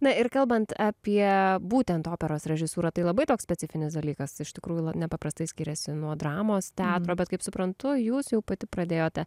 na ir kalbant apie būtent operos režisūrą tai labai toks specifinis dalykas iš tikrųjų nepaprastai skiriasi nuo dramos teatro bet kaip suprantu jūs jau pati pradėjote